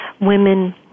women